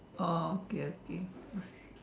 oh okay okay